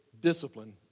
discipline